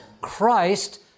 Christ